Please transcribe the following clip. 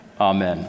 Amen